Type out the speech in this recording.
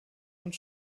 und